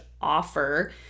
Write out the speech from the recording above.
offer